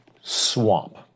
swamp